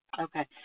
Okay